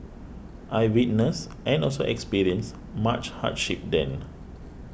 I witnessed and also experienced much hardship then